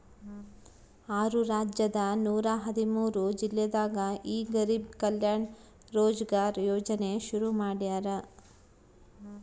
ಆರು ರಾಜ್ಯದ ನೂರ ಹದಿಮೂರು ಜಿಲ್ಲೆದಾಗ ಈ ಗರಿಬ್ ಕಲ್ಯಾಣ ರೋಜ್ಗರ್ ಯೋಜನೆ ಶುರು ಮಾಡ್ಯಾರ್